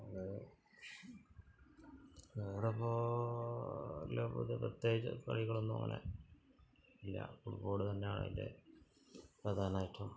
അത് ഇവിടപ്പോള് പ്രത്യേകിച്ച് കളികളൊന്നും അങ്ങനെ ഇല്ല ഫുട്ബോള് തന്നെയാണ് അതിൻ്റെ പ്രധാനമായിട്ടുള്ളത്